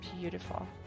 Beautiful